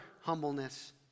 humbleness